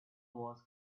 wars